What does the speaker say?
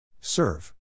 Serve